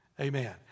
amen